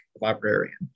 librarian